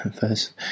first